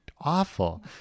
awful